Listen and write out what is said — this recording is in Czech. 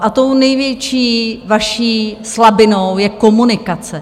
A tou největší vaší slabinou je komunikace.